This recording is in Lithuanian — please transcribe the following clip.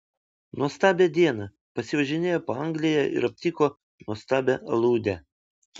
nuostabią dieną pasivažinėjo po angliją ir aptiko nuostabią aludę